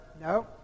no